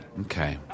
Okay